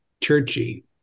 Churchy